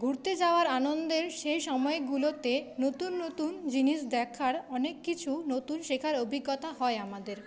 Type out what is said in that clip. ঘুরতে যাওয়ার আনন্দের সেই সময়গুলোতে নতুন নতুন জিনিস দেখার অনেক কিছু নতুন শেখার অভিজ্ঞতা হয় আমাদের